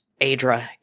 Adra